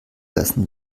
lassen